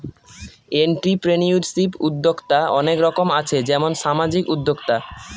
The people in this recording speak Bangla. এন্ট্রিপ্রেনিউরশিপ উদ্যক্তা অনেক রকম আছে যেমন সামাজিক উদ্যোক্তা